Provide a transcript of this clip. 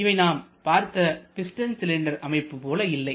இவை நாம் பார்த்த பிஸ்டன் சிலிண்டர் அமைப்பு போல் இல்லை